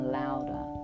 louder